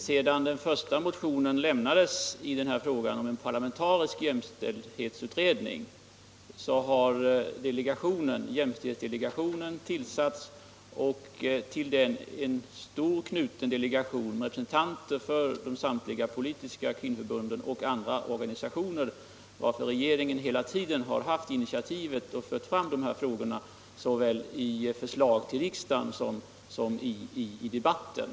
Sedan den första motionen om en parlamentarisk jämställdhetsutredning väcktes har jämställdhetsdelegationen tillsatts och till den knutits en stor delegation med representanter för samtliga politiska kvinnoförbund och andra organisationer, varför regeringen hela tiden har haft initiativet och fört fram frågorna såväl genom förslag till riksdagen som i debatten.